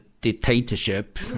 dictatorship